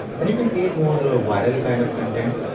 then you can create more ah viral kind of contents.